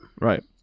Right